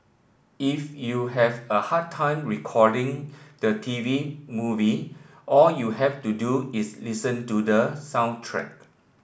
if you have a hard time recalling the TV movie all you have to do is listen to the soundtrack